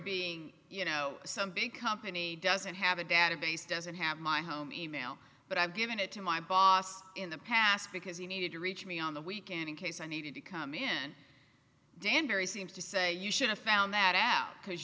being you know some big company doesn't have a database doesn't have my home email but i've given it to my boss in the past because he needed to reach me on the weekend in case i needed to come in danbury seems to say you should have found that out because